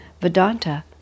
Vedanta